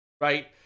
Right